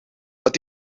het